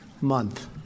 month